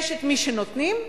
יש מי שנותנים,